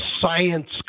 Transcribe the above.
science